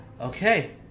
okay